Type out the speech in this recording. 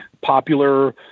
popular